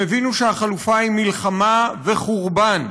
הם הבינו שהחלופה היא מלחמה וחורבן,